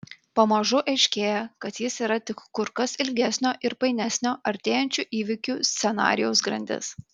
pamažu aiškėja kad jis yra tik kur kas ilgesnio ir painesnio artėjančių įvykių scenarijaus grandis